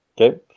Okay